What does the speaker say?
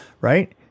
right